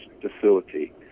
facility